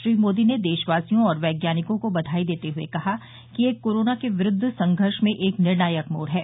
श्री मोदी ने देशवासियों और वैज्ञानिकों को बधाई देते हुए कहा कि यह कोरोना के विरूद्व संघर्ष में एक निर्णायक मोड़ है